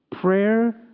Prayer